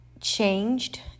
changed